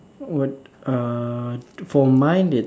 what err for mine its